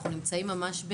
אנחנו נמצאים ממש,